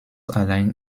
allein